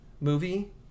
movie